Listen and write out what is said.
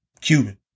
Cuban